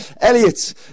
Elliot